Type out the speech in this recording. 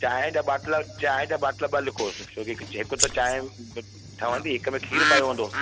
चाय जा बाटला चाय जा बाटला ॿ लिखोसि छोकी हिकु त चाय ठहंदी हिकु में ख़ीर पियो हूंदो